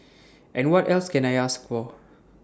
and what else can I ask for